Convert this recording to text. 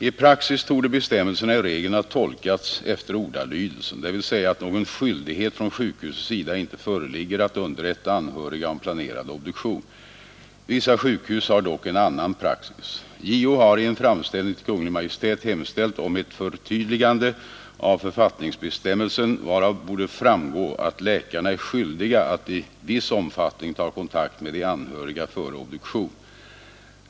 I praxis torde bestämmelsen i regel ha tolkats efter ordalydelsen, dvs. att någon skyldighet från sjukhusets sida inte föreligger att underrätta anhöriga om planerad obduktion. Vissa sjukhus har dock en annan praxis. JO har i en framställning till Kungl. Maj:t hemställt om ett förtydligande av författningsbestämmelsen, varav borde framgå att läkarna är skyldiga att i viss omfattning ta kontakt med de anhöriga före obduktion.